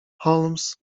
holmes